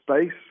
space